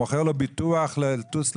הוא מוכר לו ביטוח לטוס לחלל,